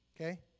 Okay